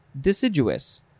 deciduous